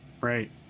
right